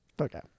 Okay